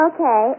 Okay